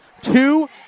two